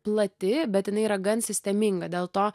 plati bet jinai yra gan sisteminga dėl to